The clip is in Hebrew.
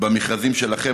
במכרזים שלכם,